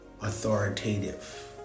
authoritative